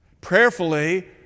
Prayerfully